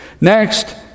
Next